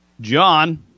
John